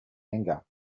anger